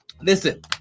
Listen